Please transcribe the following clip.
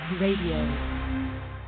Radio